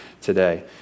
today